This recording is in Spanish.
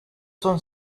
son